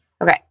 Okay